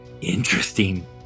Interesting